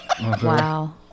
Wow